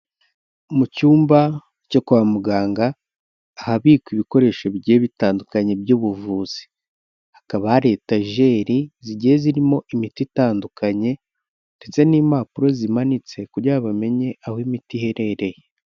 Mu cyumba cyo kwa muganga ahabikwa ibikoresho bigiye bitandukanye by'ubuvuzi. Hakaba hari etajeri zigiye zirimo imiti itandukanye ndetse n'impapuro zimanitse kugira bamenye aho imiti iherereye.